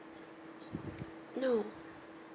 no